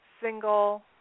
single